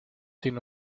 tiene